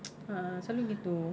ah ah selalu gitu